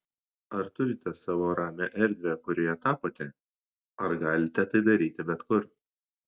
ar turite savo ramią erdvę kurioje tapote ar galite tai daryti bet kur